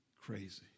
crazy